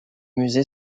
musée